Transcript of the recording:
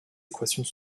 équations